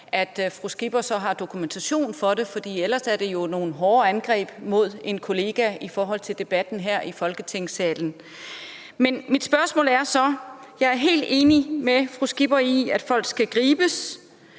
Skipper dokumentation for det, for ellers er det jo nogle hårde angreb mod en kollega i debatten her i Folketingssalen. Men mit spørgsmål er så: Jeg er helt enig med fru Pernille Skipper i, at folk skal gribes.